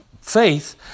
faith